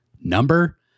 number